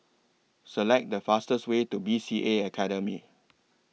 Select The fastest Way to B C A Academy